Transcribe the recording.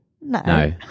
No